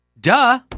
Duh